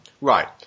Right